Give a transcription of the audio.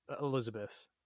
Elizabeth